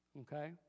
Okay